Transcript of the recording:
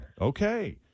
okay